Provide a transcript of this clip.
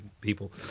people